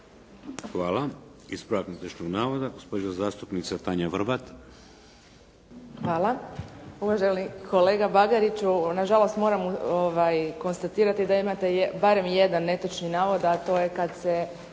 Hvala. Ispravak netočnog navoda, gospođa zastupnica Tanja Vrbat. **Vrbat Grgić, Tanja (SDP)** Hvala. Uvaženi kolega Bagariću, na žalost moram konstatirati da imate barem jedan netočni navod, a to je kad se